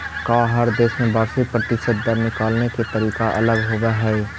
का हर देश में वार्षिक प्रतिशत दर निकाले के तरीका अलग होवऽ हइ?